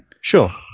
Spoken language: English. sure